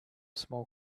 small